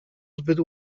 zbyt